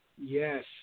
Yes